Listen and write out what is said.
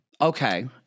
Okay